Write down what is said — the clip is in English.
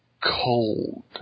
cold